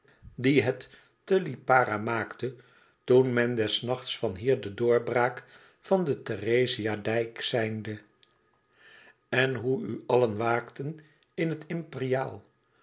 die het te lipara maakte toen men des nachts van hier de doorbraak van den therezia dijk seinde en hoe u allen waakten in het